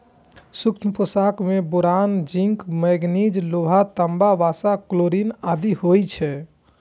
सूक्ष्म पोषक मे बोरोन, जिंक, मैगनीज, लोहा, तांबा, वसा, क्लोरिन आदि होइ छै